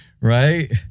Right